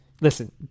Listen